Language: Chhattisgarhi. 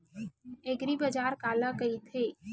एग्रीबाजार काला कइथे?